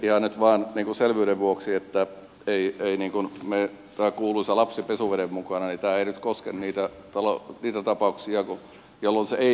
ihan nyt vain selvyyden vuoksi jotta ei mene tämä kuuluisa lapsi pesuveden mukana tämä ei nyt koske niitä tapauksia jolloin se ei mene myyntiin